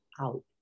out